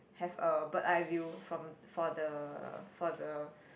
have a bird eye view from for the for the